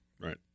Right